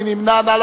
מי נמנע?